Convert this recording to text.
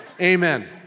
Amen